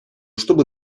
чтобы